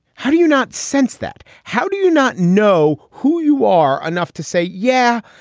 how do you not sense that? how do you not know who you are? enough to say yeah,